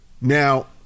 Now